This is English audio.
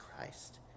Christ